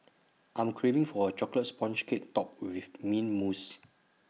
I'm craving for A Chocolate Sponge Cake Topped with Mint Mousse